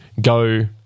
Go